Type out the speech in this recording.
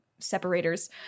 separators